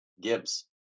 Gibbs